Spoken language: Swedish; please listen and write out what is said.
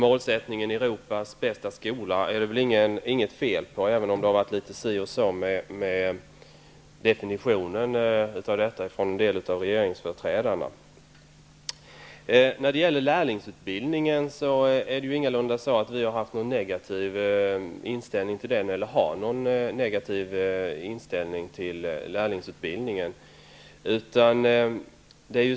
Målsättningen med Europas bästa skola är det väl inget fel på, även om det har varit litet si och så med definitionen från en del av regeringsföreträdarna. Vi har ingalunda haft eller har någon negativ inställning till lärlingsutbildningen.